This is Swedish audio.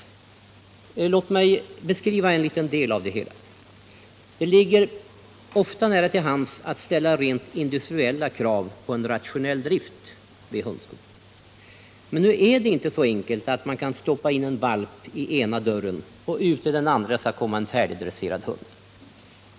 Låt mig beskriva en liten del av det hela. Det ligger ofta nära till hands att ställa rent industriella krav på en rationell drift vid hundskolan. Men nu är det inte så enkelt att man kan stoppa in en valp i ena dörren och ut ur den andra kommer en färdigdresserad hund.